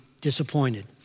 disappointed